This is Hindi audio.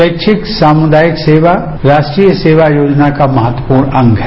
स्वैच्छिक सामुदायिक सेवा राष्ट्रीय सेवा योजना का महत्वपूर्ण अंग है